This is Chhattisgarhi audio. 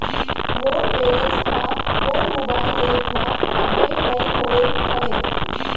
मोर बैलन्स हा मोर मोबाईल एप मा अपडेट नहीं होय हवे